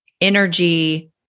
energy